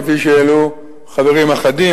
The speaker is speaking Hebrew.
כפי שהעלו חברים אחדים,